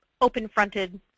open-fronted